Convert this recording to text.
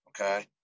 okay